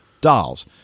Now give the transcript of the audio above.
dolls